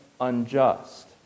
unjust